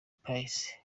poesis